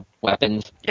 weapons